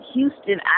Houston